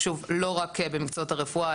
לא רק במקצועות הרפואה,